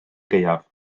gaeaf